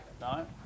No